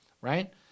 right